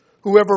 Whoever